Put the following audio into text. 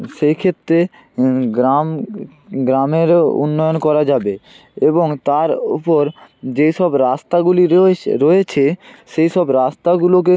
সেইক্ষেত্রে গ্রাম গ্রামেরও উন্নয়ন করা যাবে এবং তার উপর যেই সব রাস্তাগুলি রয়ে রয়েছে সেই সব রাস্তাগুলোকে